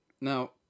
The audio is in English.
Now